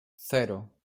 cero